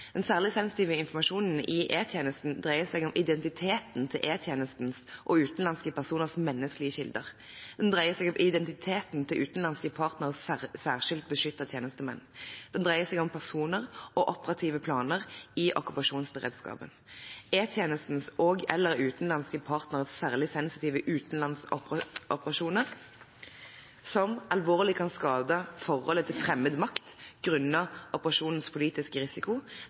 Den særlig sensitive informasjonen i E-tjenesten dreier seg om identiteten til E-tjenestens og utenlandske partneres menneskelige kilder identiteten til utenlandske partneres særskilt beskyttede tjenestemenn personer og operative planer i okkupasjonsberedskapen E-tjenestens og/eller utenlandske partneres særlig sensitive utenlandsoperasjoner som ved kompromittering alvorlig kan skade forholdet til fremmed makt grunnet operasjonens politiske risiko,